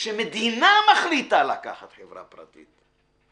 כשמדינה מחליטה לקחת חברה פרטית,